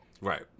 right